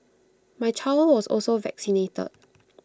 my child was also vaccinated